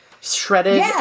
shredded